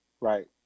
Right